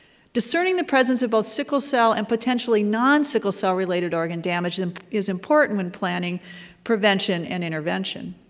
discerning the presence of both sickle cell and potentially non sickle cell related organ damage and is important in planning prevention and intervention.